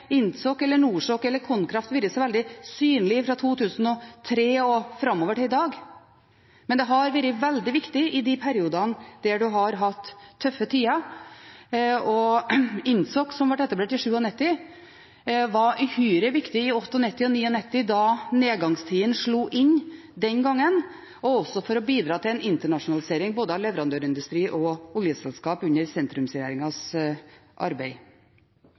INTSOK eller NORSOK eller Konkraft vært så veldig synlige fra 2003 og framover til i dag. Men de har vært veldig viktige i de periodene som har vært tøffe, og INTSOK, som ble etablert i 1997, var uhyre viktig i 1998 og 1999 da nedgangstidene slo inn den gang, men også for å bidra til en internasjonalisering av både leverandørindustri og oljeselskap under sentrumsregjeringens arbeid.